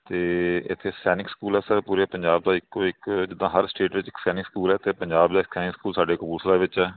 ਅਤੇ ਇੱਥੇ ਸੈਨਿਕ ਸਕੂਲ ਆ ਸਰ ਪੂਰੇ ਪੰਜਾਬ ਦਾ ਇੱਕੋ ਇੱਕ ਜਿੱਦਾਂ ਹਰ ਸਟੇਟ ਵਿੱਚ ਇੱਕ ਸੈਨਿਕ ਸਕੂਲ ਆ ਅਤੇ ਪੰਜਾਬ ਦਾ ਸੈਨਿਕ ਸਕੂਲ ਸਾਡੇ ਕਪੂਰਥਲਾ ਵਿੱਚ ਹੈ